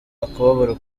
akababaro